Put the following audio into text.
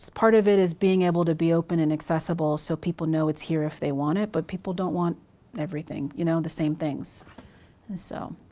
part of it is being able to be open and accessible so people know it's here if they want it. but people don't want everything, you know, the same things. and so,